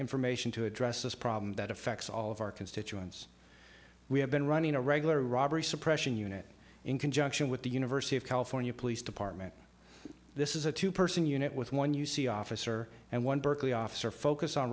information to address this problem that affects all of our constituents we have been running a regular robbery suppression unit in conjunction with the university of california police department this is a two person unit with one you see officer and one berkeley officer focus on